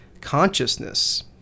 consciousness